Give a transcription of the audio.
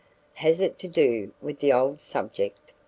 has it to do with the old subject?